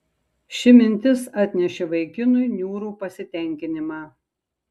ši mintis atnešė vaikinui niūrų pasitenkinimą